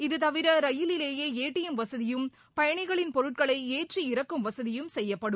இதுதவிர ரயிலிலேயே ஏடிஎம் வசதியும் பயணிகளின் பொருட்களை ஏற்றி இறக்கும் வசதியும் செய்யப்படும்